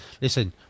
listen